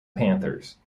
panthers